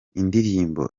indirimbo